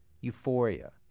euphoria